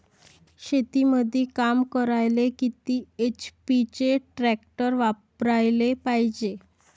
शेतीमंदी काम करायले किती एच.पी चे ट्रॅक्टर वापरायले पायजे?